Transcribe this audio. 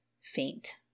faint